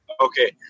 Okay